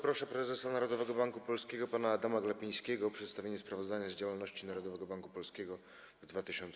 Proszę prezesa Narodowego Banku Polskiego pana Adama Glapińskiego o przedstawienie sprawozdania z działalności Narodowego Banku Polskiego w 2018